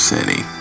City